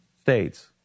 states